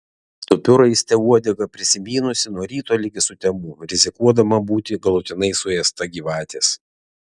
tupiu raiste uodegą prisimynusi nuo ryto ligi sutemų rizikuodama būti galutinai suėsta gyvatės